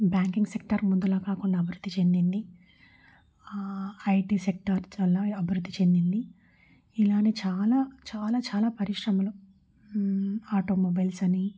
banking sector ముందులా కాకుండా అభివృద్ధి చెందింది ఐటీ సెక్టార్ చాలా అభివృద్ధి చెందింది ఇలానే చాలా చాలా చాలా పరిశ్రమలు ఆటోమొబైల్స్ అని